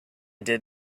did